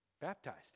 baptized